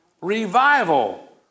Revival